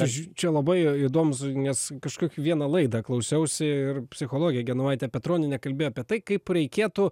aš čia labai įdomus nes kažkokią vieną laidą klausiausi ir psichologė genovaitė petronienė kalbėjo apie tai kaip reikėtų